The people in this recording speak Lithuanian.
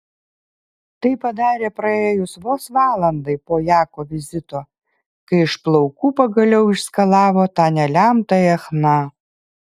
tai padarė praėjus vos valandai po jako vizito kai iš plaukų pagaliau išskalavo tą nelemtąją chna